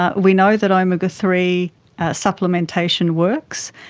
ah we know that omega three supplementation works,